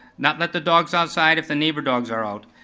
not let the dogs outside if the neighbor dogs are out,